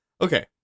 Okay